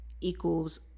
equals